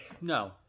no